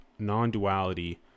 non-duality